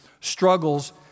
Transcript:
struggles